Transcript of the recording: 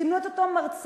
זימנו את אותו מרצה,